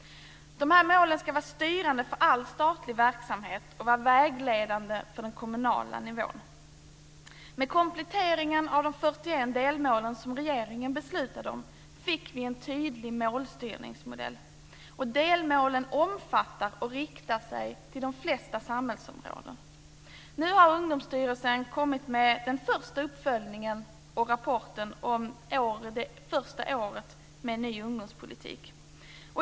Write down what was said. Dessa mål ska vara styrande för all statlig verksamhet och vara vägledande för den kommunala nivån. Med komplettering av de 41 delmål som regeringen beslutat om fick vi en tydlig målstyrningsmodell. Delmålen omfattar och riktar sig till de flesta samhällsområden. Nu har Ungdomsstyrelsen kommit med den första uppföljande rapporten om det första året med ny ungdomspolitik.